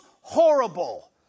horrible